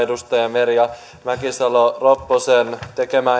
edustaja merja mäkisalo ropposen tekemää